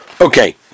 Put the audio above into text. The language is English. Okay